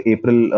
April